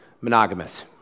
monogamous